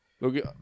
Look